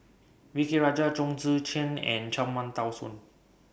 V K Rajah Chong Tze Chien and Cham Tao Soon